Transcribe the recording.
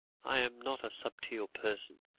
i am not a subtle person,